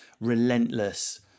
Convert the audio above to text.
relentless